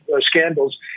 scandals